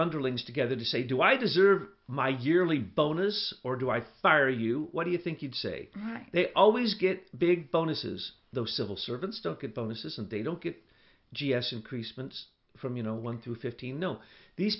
underlings together to say do i deserve my yearly bonus or do i fire you what do you think you'd say right they always get big bonuses those civil servants don't get bonuses and they don't get g s increased sense from you know one to fifteen no these